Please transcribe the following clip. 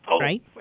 right